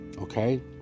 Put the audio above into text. okay